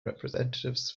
representatives